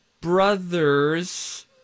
brothers